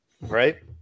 Right